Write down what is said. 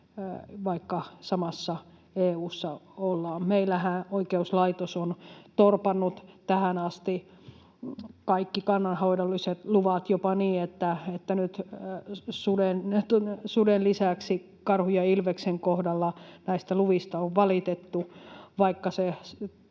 vaikka samassa EU:ssa ollaan. Meillähän oikeuslaitos on torpannut tähän asti kaikki kannanhoidolliset luvat jopa niin, että nyt suden lisäksi karhun ja ilveksen kohdalla näistä luvista on valitettu, vaikka se